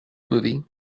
movie